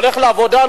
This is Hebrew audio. הולך לעבודה,